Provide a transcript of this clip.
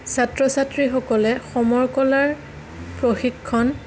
ছাত্ৰ ছাত্ৰীসকলে সমৰ কলাৰ প্ৰশিক্ষণ